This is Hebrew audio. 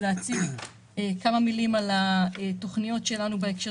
להציג בכמה מילים את התוכניות שלנו בהקשר